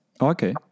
Okay